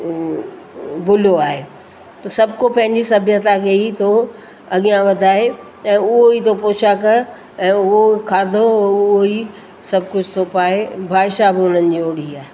भुलियो आहे सभु को पंहिंजी सभ्यता खे ई थो अॻियां वधाए ऐं उहा ई थो पोशाक ऐं उहो खाधो उहो ई सभु कुझु थो पाए भाषा बि उन्हनि जी ओड़ी आहे